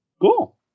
Cool